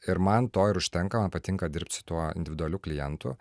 ir man to ir užtenka man patinka dirbti su tuo individualiu klientu